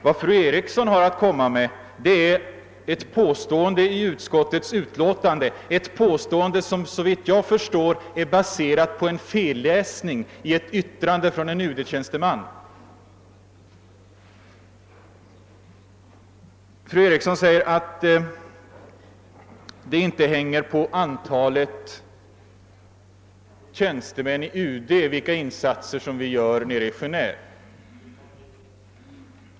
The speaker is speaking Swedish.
Vad fru Eriksson har att komma med är ett påstående i utskottets utlåtande, ett påstående som såvitt jag förstår är baserat på en felläsning i ett yttrande från en UD-tjänsteman. Fru Eriksson i Stockholm hävdar att de insatser vi gör nere i Genéve inte hänger på antalet tjänstemän i UD.